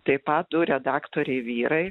taip pat du redaktoriai vyrai